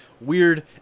weird